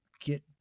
get